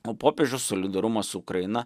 o popiežius solidarumą su ukraina